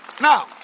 Now